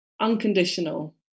unconditional